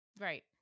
Right